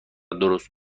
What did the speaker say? درست